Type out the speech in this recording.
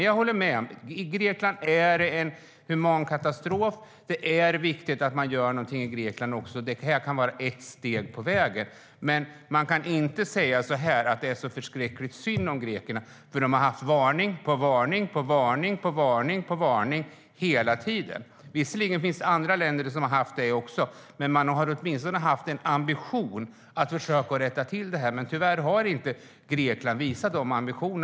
Jag håller med om att det är en humankatastrof i Grekland, och att det är viktigt att man gör någonting också där, och det här kan vara ett steg på vägen. Men man kan inte säga att det är förskräckligt synd om grekerna. De har fått varning på varning hela tiden. Visserligen finns det också andra länder som har fått varningar, men där har man åtminstone haft en ambition att försöka rätta till situationen. Tyvärr har inte Grekland visat sådana ambitioner.